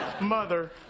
Mother